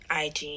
ig